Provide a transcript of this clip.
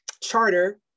charter